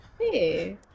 Hey